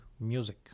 music